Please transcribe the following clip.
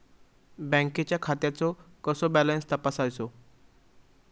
बँकेच्या खात्याचो कसो बॅलन्स तपासायचो?